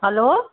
hello